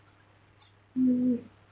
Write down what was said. mm